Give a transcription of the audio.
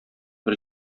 бер